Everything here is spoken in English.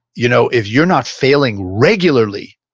you know if you're not failing regularly,